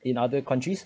in other countries